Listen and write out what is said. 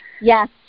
Yes